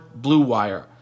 BLUEWIRE